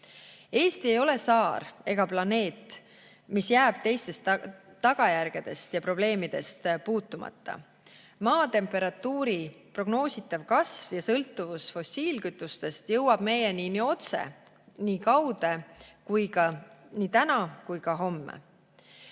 Eesti ei ole saar ega planeet, mis jääb teistest tagajärgedest ja probleemidest puutumata. Maa temperatuuri prognoositav kasv ja sõltuvus fossiilkütustest jõuab meieni nii otse kui ka kaude, nii täna kui ka homme.